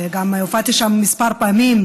וגם הופעתי שם כמה פעמים,